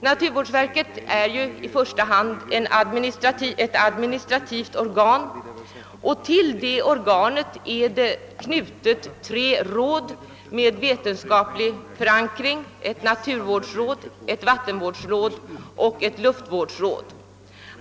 Naturvårdsverket är ju i första hand ett administrativt organ med till detsamma knutna tre råd med vetenskaplig förankring: ett naturvårdsråd, ett vattenvårdsråd och ett luftvårdsråd.